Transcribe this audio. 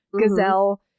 gazelle